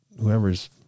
whoever's